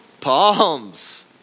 Palms